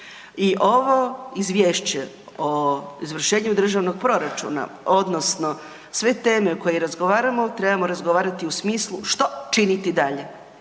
i ovo izvješće o izvršenju državnog proračuna odnosno sve teme koje razgovaramo, trebamo razgovarati u smislu što činiti dalje,